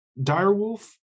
direwolf